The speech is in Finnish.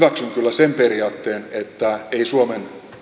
sen periaatteen että ei suomen